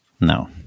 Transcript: No